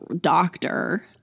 doctor